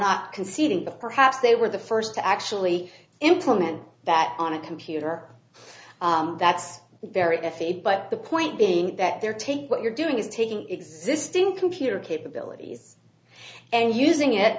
not conceding that perhaps they were the first to actually implement that on a computer that's very iffy but the point being that they're taking what you're doing is taking existing computer capabilities and using it